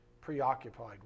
preoccupied